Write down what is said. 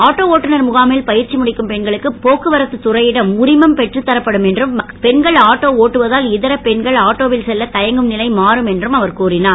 auto ஓட்டுநர் முகாமில் பயிற்சி முடிக்கும் பெண்களுக்கு போக்குவரத்துத்துறையிடம் உரிமம் பெற்று தரப்படும் என்றும் பெண்கள் ஆட்டோ ஒட்டுவதால் இதர பெண்கள் ஆட்டோவில் செல்ல தயங்கும் நிலை மாறும் என்றும் அவர் கூறினார்